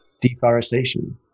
deforestation